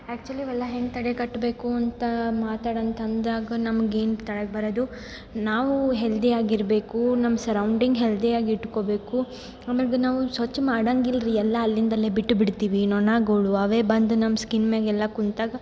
actually ಇವೆಲ್ಲ ಹೆಂಗೆ ತಡೆಗಟ್ಟಬೇಕು ಅಂತ ಮಾತಾಡು ಅಂತ ಅಂದಾಗ ನಮ್ಗೇನು ತಲೆಗೆ ಬರೋದು ನಾವೂ ಹೆಲ್ದಿ ಆಗಿರಬೇಕು ನಮ್ಮ ಸರೌಂಡಿಂಗ್ ಹೆಲ್ದಿ ಆಗಿ ಇಟ್ಕೋಬೇಕು ಆಮ್ಯಾಲೆ ದು ನಾವು ಸ್ವಚ್ಚ ಮಾಡಾಂಗಿಲ್ಲ ರಿ ಎಲ್ಲ ಅಲ್ಲಿಂದಲ್ಲೇ ಬಿಟ್ಟು ಬಿಡ್ತೀವಿ ನೊಣಗಳು ಅವೇ ಬಂದು ನಮ್ಮ ಸ್ಕಿನ್ ಮ್ಯಾಗೆಲ್ಲ ಕುಂತಾಗ